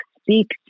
speak